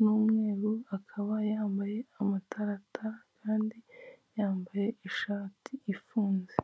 n'umweru, akaba yambaye amatarata kandi yambaye ishati ifunze.